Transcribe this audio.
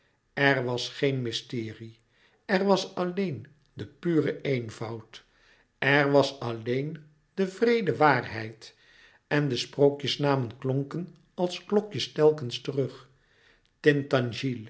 er was geen mysterie er was alleen pure eenvoud er was alleen de wreede waarheid en de sprookjesnamen klonken als klokjes telkens terug